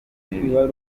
mibi